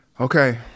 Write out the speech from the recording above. Okay